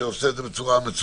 שעושה את זה בצורה מצוינת,